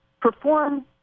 perform